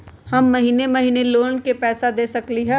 हम महिने महिने लोन के पैसा दे सकली ह?